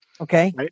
Okay